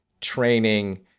training